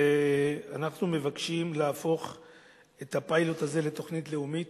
ואנחנו מבקשים להפוך את הפיילוט הזה לתוכנית לאומית,